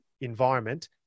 environment